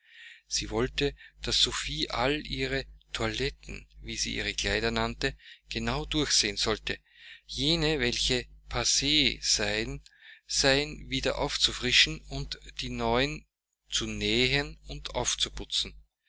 sie wollte daß sophie all ihre toiletten wie sie ihre kleider nannte genau durchsehen solle jene welche passes seien seien wieder aufzufrischen und die neuen zu nähen und aufzuputzen